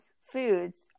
foods